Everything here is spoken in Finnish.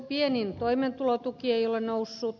pienin toimeentulotuki ei ole noussut